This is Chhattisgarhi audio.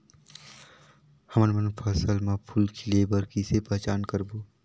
हमन मन फसल म फूल खिले बर किसे पहचान करबो?